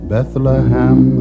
Bethlehem